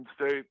State